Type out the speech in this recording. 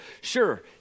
Sure